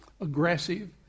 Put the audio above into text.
aggressive